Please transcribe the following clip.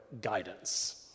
guidance